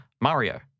Mario